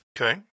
okay